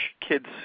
kids